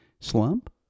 slump